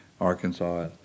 Arkansas